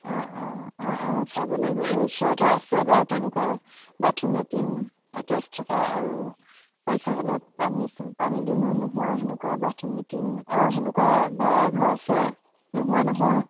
অঁ অঁ অঁ অঁ চাব লাগিব এই ওচৰতে আছে বাৰু তেনেকুৱা বাথৰুম লেটিন এটেচ থকা আৰু বাৰিষা কালত পানী পানী দুনিও নোহোৱা তেনেকুৱা বাথৰুম লেটিন অঁ তেনেকুৱা ভাড়াঘৰ আছে নোহোৱা নহয়